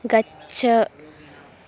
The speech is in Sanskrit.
गच्छ